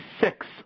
six